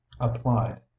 applied